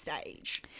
stage